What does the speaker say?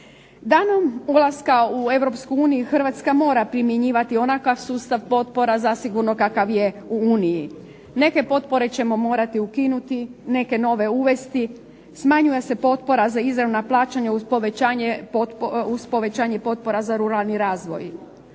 Danom ulaska u EU Hrvatska mora primjenjivati onakav sustav potpora zasigurno kakav je u uniji. Neke potpore ćemo morati ukinuti, neke nove uvesti. Smanjuje se potpora za izravna plaćanja uz povećanje potpora za ruralni razvoj.